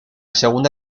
segunda